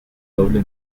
doble